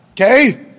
Okay